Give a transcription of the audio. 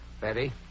Betty